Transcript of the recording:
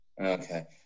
Okay